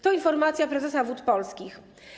To informacja prezesa Wód Polskich.